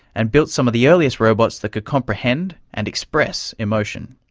and built some of the earliest robots that could comprehend and express emotion.